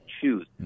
choose